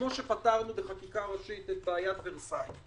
כמו שפתרנו בחקיקה ראשית את בעיית ורסאי,